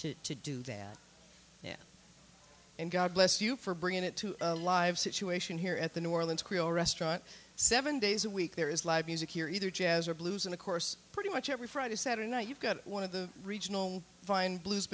to to do that and god bless you for bringing it to a live situation here at the new orleans creole restaurant seven days a week there is live music here either jazz or blues and of course pretty much every friday saturday night you've got one of the regional fine blues